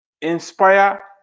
inspire